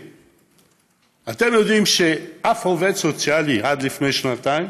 אתם יודעים שאף עובד סוציאלי עד לפני שנתיים